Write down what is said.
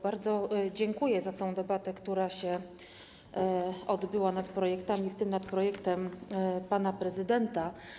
Bardzo dziękuję za tę debatę, która się odbyła nad projektami, w tym nad projektem pana prezydenta.